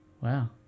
Wow